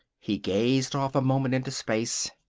he gazed off a moment into space.